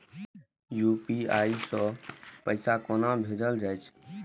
UPI सै पैसा कोना भैजल जाय?